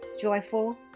joyful